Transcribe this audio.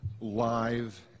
live